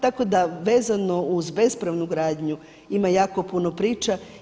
Tako da vezano uz bespravnu gradnju ima jako puno priča.